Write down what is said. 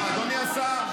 זה כמו להקים